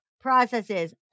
processes